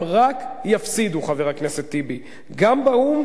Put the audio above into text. הם רק יפסידו, חבר הכנסת טיבי, גם באו"ם